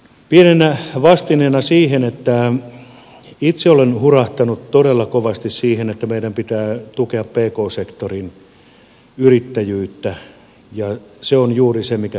pienenä vastineena siihen että itse olen hurahtanut todella kovasti siihen että meidän pitää tukea pk sektorin yrittäjyyttä ja se on juuri se mikä työllistää kovasti